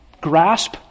grasp